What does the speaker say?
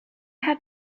had